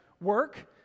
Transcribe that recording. work